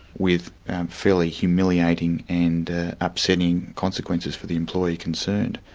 with fairly humiliating and upsetting consequences for the employee concerned.